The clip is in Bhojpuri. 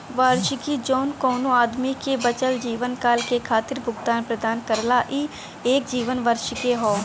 वार्षिकी जौन कउनो आदमी के बचल जीवनकाल के खातिर भुगतान प्रदान करला ई एक जीवन वार्षिकी हौ